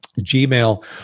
Gmail